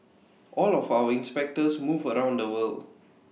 all of our inspectors move around the world